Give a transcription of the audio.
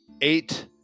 eight